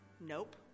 nope